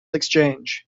exchange